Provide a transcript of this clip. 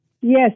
Yes